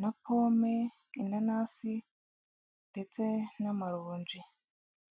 na pome, inanasi ndetse n'amaronji.